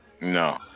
No